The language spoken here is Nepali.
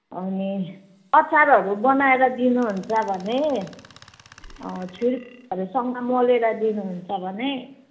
अनि अचारहरू बनाएर दिनुहुन्छ भने छुर्पीहरूसँग मलेर दिनुहुन्छ भने